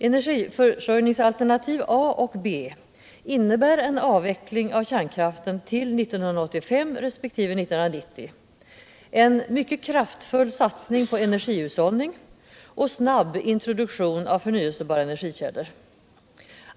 Energiförsörjningsalternativen A och B innebär en avveckling av kärnkraften till 1985 resp. 1990, en mycket kraftfull satsning på energihushållning och snabb introduktion av förnyelsebara energikällor.